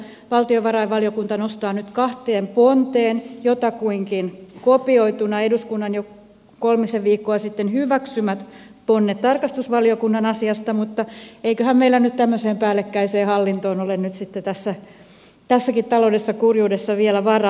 valtiovarainvaliokunta nostaa nyt kahteen ponteen jotakuinkin kopioituina eduskunnan jo kolmisen viikkoa sitten hyväksymät tarkastusvaliokunnan ponnet asiasta mutta eiköhän meillä nyt tämmöiseen päällekkäiseen hallintoon ole tässäkin taloudellisessa kurjuudessa vielä varaa